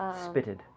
Spitted